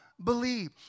believe